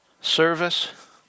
service